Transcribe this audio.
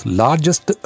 largest